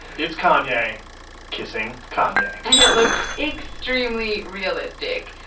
it's kanye kissing kanye and it looks extremely realistic.